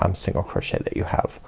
um single crochet that you have.